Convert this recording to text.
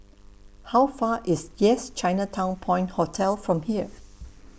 How Far IS Yes Chinatown Point Hotel from here